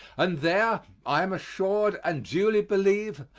and there, i am assured and duly believe,